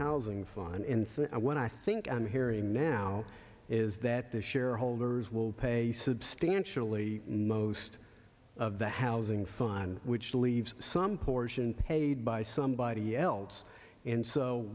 housing forninst when i think i'm hearing now is that the shareholders will pay substantially most of the housing fine which leaves some portion paid by somebody else and so